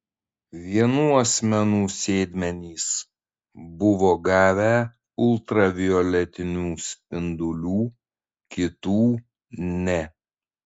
vienų asmenų sėdmenys buvo gavę ultravioletinių spindulių kitų ne